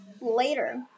later